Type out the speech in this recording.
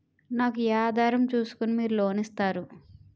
నాకు ఏ ఆధారం ను చూస్కుని మీరు లోన్ ఇస్తారు?